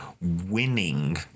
winning